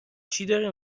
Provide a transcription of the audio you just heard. داره